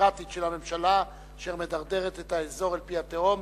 הפיראטית של הממשלה אשר מדרדרת את האזור אל פי התהום,